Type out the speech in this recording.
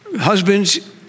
Husbands